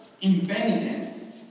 impenitence